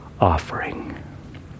offering